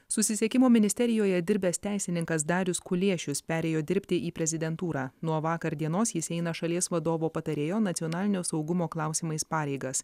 susisiekimo ministerijoje dirbęs teisininkas darius kuliešius perėjo dirbti į prezidentūrą nuo vakar dienos jis eina šalies vadovo patarėjo nacionalinio saugumo klausimais pareigas